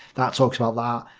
that talks about that.